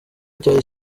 cyari